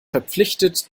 verpflichtet